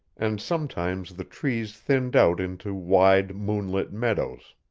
and sometimes the trees thinned out into wide, moonlit meadows.